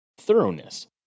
thoroughness